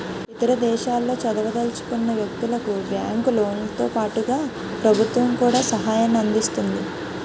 ఇతర దేశాల్లో చదవదలుచుకున్న వ్యక్తులకు బ్యాంకు లోన్లతో పాటుగా ప్రభుత్వం కూడా సహాయాన్ని అందిస్తుంది